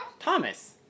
Thomas